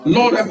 Lord